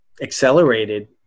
accelerated